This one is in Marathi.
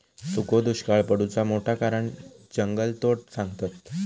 सुखो दुष्काक पडुचा मोठा कारण जंगलतोड सांगतत